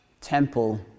Temple